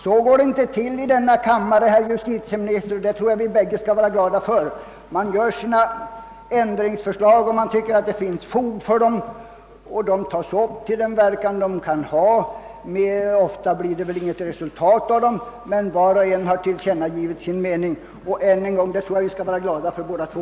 Så går det inte till i denna kammare, herr justitieminister, och det tror jag att vi båda skall vara glada för. Nej, man gör sina ändringsförslag om man tycker att det finns fog för dem, och de tas upp till den verkan det hava kan. Ofta blir det väl inget resultat av ändringsförslagen, men var och en har tillkännagivit sin mening. Och detta tror jag — jag upprepar det — att vi båda skall vara glada för.